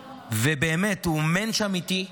ובאמת, הוא מענטש אמיתי.